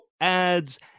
ads